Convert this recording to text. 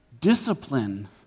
discipline